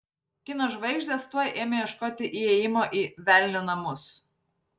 kino žvaigždės tuoj ėmė ieškoti įėjimo į velnio namus